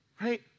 Right